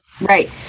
right